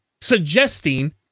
suggesting